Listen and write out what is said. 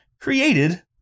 created